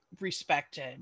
respected